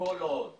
כל עוד